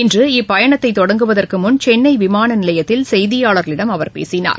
இன்று இப்பயணத்தை தொடங்குவதற்கு முன் சென்னை விமான நிலையத்தில் செய்தியாளர்களிடம் அவர் பேசினார்